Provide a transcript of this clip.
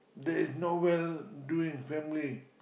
there's nowhere doing family